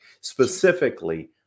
Specifically